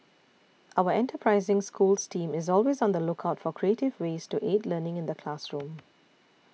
our enterprising Schools team is always on the lookout for creative ways to aid learning in the classroom